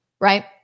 right